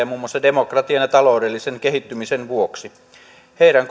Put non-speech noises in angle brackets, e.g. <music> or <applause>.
<unintelligible> muun muassa demokratian ja taloudellisen kehittymisen vuoksi heidän <unintelligible>